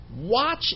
watch